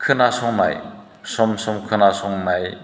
खोनासंनाय सम सम खोनासंनाय